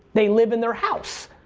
they live in their house,